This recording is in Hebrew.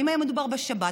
ואם היה מדובר בשבת,